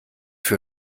für